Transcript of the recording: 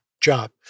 job